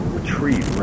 retreat